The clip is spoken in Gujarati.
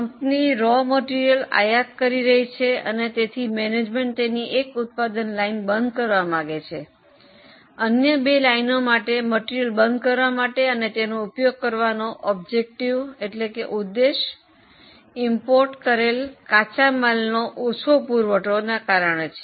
કંપની કાચા માલની આયાત કરી રહી છે અને તેથી મેનેજમેન્ટ તેની એક ઉત્પાદન લાઇન બંધ કરવા માંગે છે અન્ય બે લાઇનો માટે માલને બંધ કરવા અને તેનો ઉપયોગ કરવાનો ઉદ્દેશ આયાતી કાચા માલની ઓછો પુરવઠા ને કારણે છે